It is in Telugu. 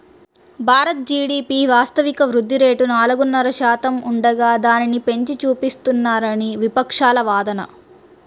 భారత్ జీడీపీ వాస్తవిక వృద్ధి రేటు నాలుగున్నర శాతం ఉండగా దానిని పెంచి చూపిస్తున్నారని విపక్షాల వాదన